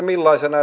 millaisena